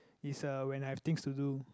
it's uh when I have things to do